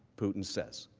putin says.